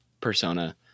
persona